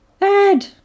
Ed